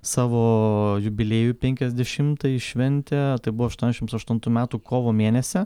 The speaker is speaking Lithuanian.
savo jubiliejų penkiasdešimtąjį šventė tai buvo aštuoniašims aštuntų metų kovo mėnesį